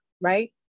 right